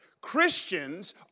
Christians